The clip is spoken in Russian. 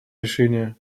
решения